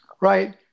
Right